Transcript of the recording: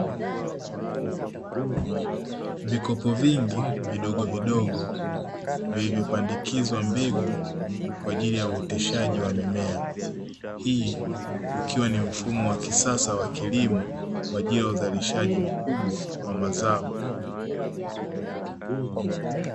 Vikopo vingi vidogo vidogo vilivyopandikizwa mbegu kwa ajili ya uoteshaji wa mimea. Hii ikiwa ni mfumo wa kisasa wa kilimo kwa ajili ya uzalishaji mkubwa wa mazao.